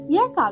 Yes